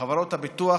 חברות הביטוח